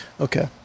Okay